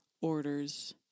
orders